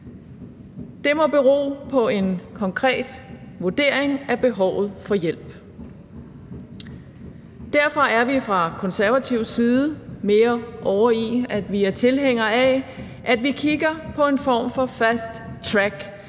Det må bero på en konkret vurdering af behovet for hjælp. Derfor er vi fra konservativ side mere ovre i, at vi er tilhængere af, at vi kigger på en form for fast